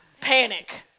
panic